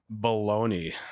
Baloney